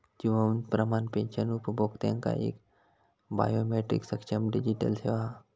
जीवन प्रमाण पेंशन उपभोक्त्यांका एक बायोमेट्रीक सक्षम डिजीटल सेवा हा